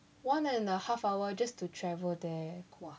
one and a half hour just to travel there